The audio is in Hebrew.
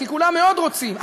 כי כולם מאוד רוצים,